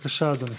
אדוני.